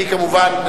כמובן,